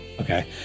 Okay